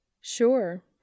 Sure